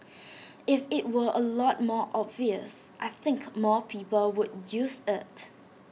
if IT were A lot more obvious I think more people would use IT